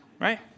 Right